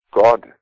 God